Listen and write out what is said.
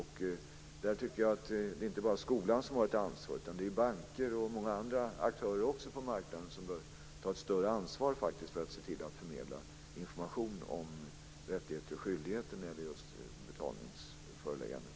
Det är inte bara skolan som har ett ansvar här, utan också banker och många andra aktörer på marknaden bör ta ett större ansvar för att förmedla information om rättigheter och skyldigheter när det gäller betalningsförelägganden.